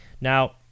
Now